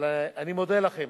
אבל אני מודה לכם